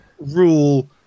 rule